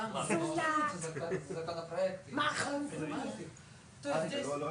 כך זה צריך לפעול גם